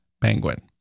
Penguin